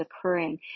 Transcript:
occurring